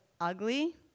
ugly